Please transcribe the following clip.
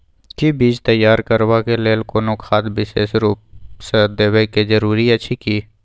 कि बीज तैयार करबाक लेल कोनो खाद विशेष रूप स देबै के जरूरी अछि की?